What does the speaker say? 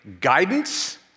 guidance